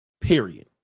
Period